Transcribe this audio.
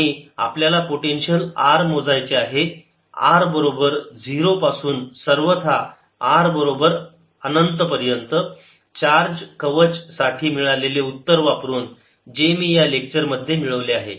आणि आपल्याला potential r मोजायचे आहे r बरोबर 0 पासून सर्वथा r बरोबर अनंत पर्यंत चार्ज कवच साठी मिळालेले उत्तर वापरून जे मी या लेक्चर मध्ये मिळवले आहे